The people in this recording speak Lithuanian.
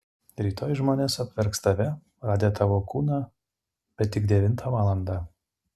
rytoj žmonės apverks tave radę tavo kūną bet tik devintą valandą